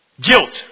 guilt